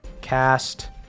cast